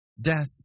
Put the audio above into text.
Death